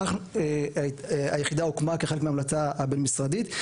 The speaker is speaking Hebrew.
כך היחידה הוקמה כחלק מההמלצה הבין-משרדית.